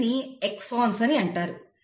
వీటిని ఎక్సన్స్ అని అంటారు